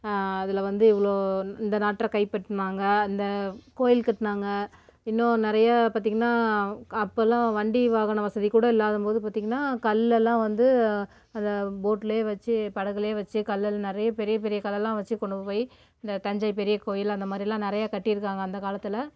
அதில் வந்து இவ்வளோ இந்த நாட்டை கைப்பட்டுனாங்க இந்த கோயில் கட்டுனாங்க இன்னும் நிறைய பார்த்தீங்கன்னா க அப்போல்லாம் வண்டி வாகன வசதி கூட இல்லாதம்போது பார்த்தீங்கன்னா கல்லெல்லாம் வந்து அந்த போட்டுலே வெச்சு படகுலே வெச்சு கல்லால் நிறைய பெரிய பெரிய கல்லெல்லாம் வெச்சு கொண்டு போய் இந்த தஞ்சை பெரிய கோயில் அந்த மாதிரிலாம் நிறையா கட்டிருக்காங்க அந்த காலத்தில்